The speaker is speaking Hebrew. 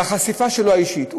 בחשיפה האישית שלו,